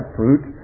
fruit